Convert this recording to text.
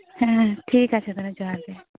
ᱦᱮᱸ ᱴᱷᱤᱠ ᱟᱪᱷᱮ ᱛᱟᱦᱞᱮ ᱡᱚᱦᱟᱨ ᱜᱮ